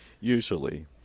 Usually